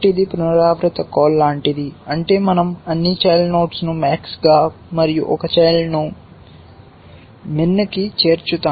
కాబట్టి ఇది పునరావృత కాల్ లాంటిది అంటే మన০ అన్ని చైల్డ్ నోడ్స్ ను max గా మరియు ఒక ఛైల్డ్ ను min కి చేర్చుతాము